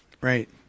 Right